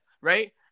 right